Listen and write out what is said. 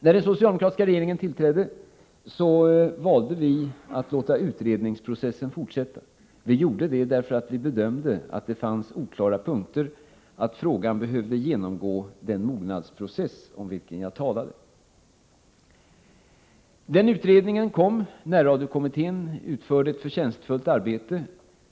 När den socialdemokratiska regeringen tillträdde, valde vi att låta utredningsprocessen fortsätta. Vi gjorde det därför att vi bedömde att det fanns oklara punkter och att frågan behövde genomgå den mognadsprocess om vilken jag nyss talade. Utredningen gjordes. Närradiokommittén utförde ett förtjänstfullt arbete.